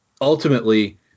ultimately